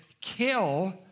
kill